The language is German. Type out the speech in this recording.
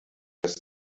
das